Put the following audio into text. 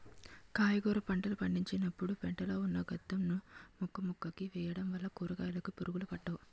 కాయగుర పంటలు పండించినపుడు పెంట లో ఉన్న గెత్తం ను మొక్కమొక్కకి వేయడం వల్ల కూరకాయలుకి పురుగులు పట్టవు